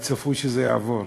וצפוי שזה יעבור.